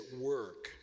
work